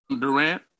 Durant